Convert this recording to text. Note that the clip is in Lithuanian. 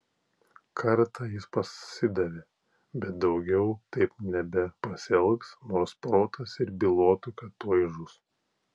kartą jis pasidavė bet daugiau taip nebepasielgs nors protas ir bylotų kad tuoj žus